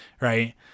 right